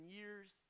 years